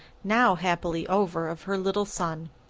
now happily over, of her little son.